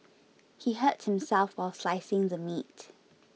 he hurt himself while slicing the meat